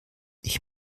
ich